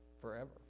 forever